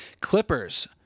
Clippers